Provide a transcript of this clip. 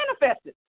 manifested